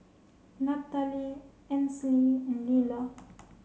Natalee Ansley and Lyla